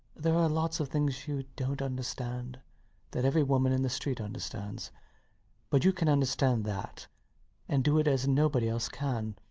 there are lots of things you dont understand that every woman in the street understands but you can understand that and do it as nobody else can.